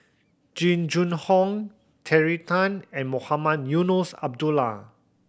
Jing Jun Hong Terry Tan and Mohamed Eunos Abdullah